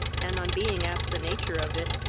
and, on being asked the nature of it,